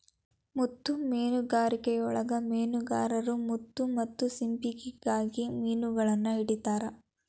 ಮುತ್ತು ಮೇನುಗಾರಿಕೆಯೊಳಗ ಮೇನುಗಾರರು ಮುತ್ತು ಮತ್ತ ಸಿಂಪಿಗಳಿಗಾಗಿ ಮಿನುಗಳನ್ನ ಹಿಡಿತಾರ